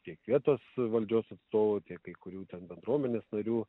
kiek vietos valdžios atstovų tiek kai kurių ten bendruomenės narių